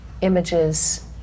images